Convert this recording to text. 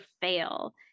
fail